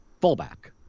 fullback